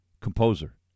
composer